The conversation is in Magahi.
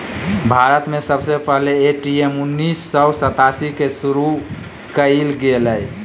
भारत में सबसे पहले ए.टी.एम उन्नीस सौ सतासी के शुरू कइल गेलय